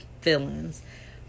feelings